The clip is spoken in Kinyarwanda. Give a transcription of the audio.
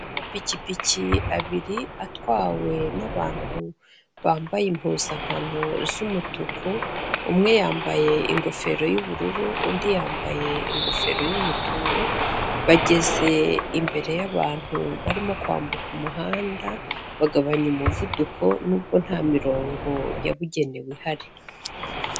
Amapikipiki abiri atwawe n'abantu bambaye impuzankano z'umutuku, umwe yambaye ingofero y'ubururu, undi yambaye ingofero y'umutuku, bageze imbere y'abantu barimo kwambuka umuhanda, bagabanya umuvuduko n'ubwo nta mirongo yabugenewe ihari.